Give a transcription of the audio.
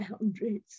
boundaries